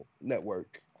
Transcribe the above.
Network